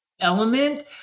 element